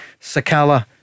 Sakala